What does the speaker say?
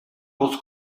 was